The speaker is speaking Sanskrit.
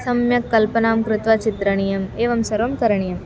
सम्यक् कल्पनां कृत्वा चित्रणीयम् एवं सर्वं करणीयम्